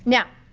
now,